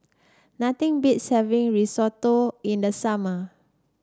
nothing beats having Risotto in the summer